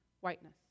whiteness